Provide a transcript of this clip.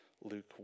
Luke